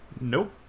Nope